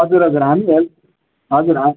हजुर हजुर हामी हेल्प हजुर हामी